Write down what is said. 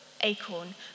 acorn